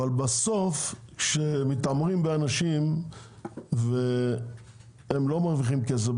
אבל בסוף כשמתעמרים באנשים והם לא מרוויחים כסף,